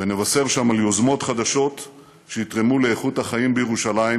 ונבשר שם על יוזמות חדשות שיתרמו לאיכות החיים בירושלים,